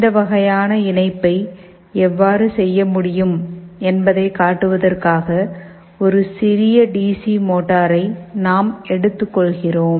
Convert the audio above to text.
இந்த வகையான இணைப்பை எவ்வாறு செய்ய முடியும் என்பதைக் காட்டுவதற்காக ஒரு சிறிய டி சி மோட்டாரை நாம் எடுத்துக் கொள்கிறோம்